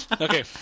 Okay